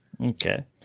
Okay